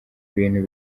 ibintu